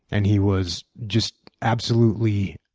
and he was just absolutely